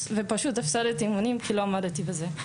ופשוט הפסדתי אימונים כי לא עמדתי בזה.